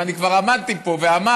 ואני כבר עמדתי פה ואמרתי